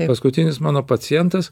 paskutinis mano pacientas